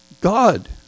God